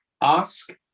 ask